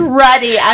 ready